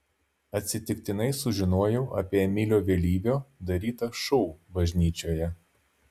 atsitiktinai sužinojau apie emilio vėlyvio darytą šou bažnyčioje